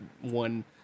one